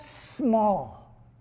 small